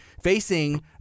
facing